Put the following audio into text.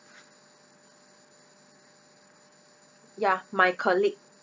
ya my colleague